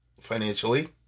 financially